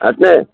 అట్లే